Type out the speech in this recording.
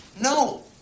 No